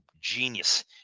genius